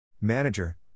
Manager